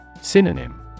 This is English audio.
Synonym